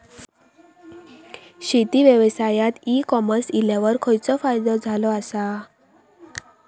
शेती व्यवसायात e commerce इल्यावर खयचो फायदो झालो आसा?